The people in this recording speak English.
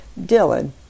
Dylan